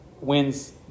wins